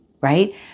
right